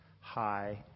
high